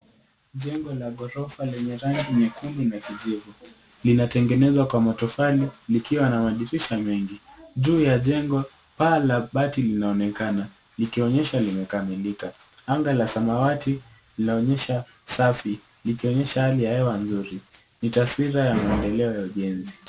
Jeng la ghorofa lenye rangi nyekundu na kijivu linatengenezwa kwa matofali likiwa na madirisha mengi juu ya jengo, paa la bati linaonekana likionyesha limekamilika. Anga la samawati linaonyesha safi likionyesha hali ya hewa nzuri ni taswira ya maendeleo ya ujenzi.